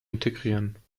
integrieren